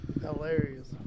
Hilarious